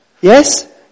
Yes